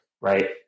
right